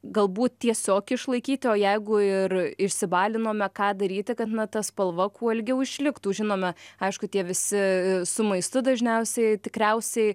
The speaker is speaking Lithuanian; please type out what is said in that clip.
galbūt tiesiog išlaikyti o jeigu ir išsibalinome ką daryti kad ta spalva kuo ilgiau išliktų žinome aišku tie visi su maistu dažniausiai tikriausiai